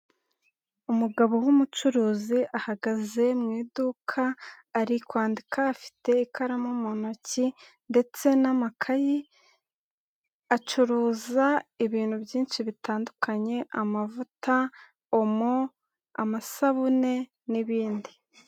Umugabo w'umucuruzi ahagaze mu iduka, ari kwandika afite ikaramu mu ntoki, ndetse n'amakayi acuruza ibintu byinshi bitandukanye, amavuta, omo, amasabune n'ibindi.